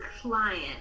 client